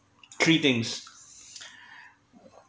three things